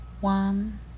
One